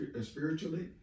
Spiritually